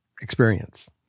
Experience